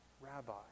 rabbi